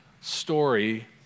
story